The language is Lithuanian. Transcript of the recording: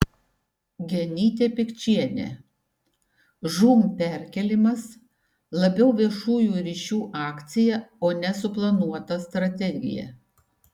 genytė pikčienė žūm perkėlimas labiau viešųjų ryšių akcija o ne suplanuota strategija